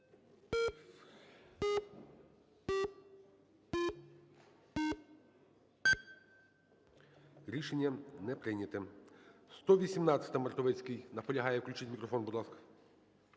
Рішення не прийнято.